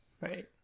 Right